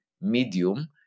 medium